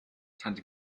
tante